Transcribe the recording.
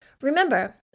Remember